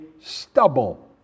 stubble